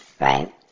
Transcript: right